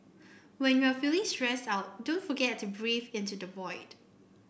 when you are feeling stressed out don't forget to breathe into the void